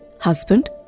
husband